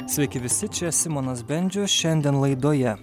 sveiki visi čia simonas bendžius šiandien laidoje